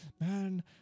man